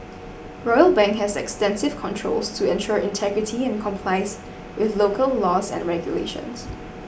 Royal Bank has extensive controls to ensure integrity and complies with local laws and regulations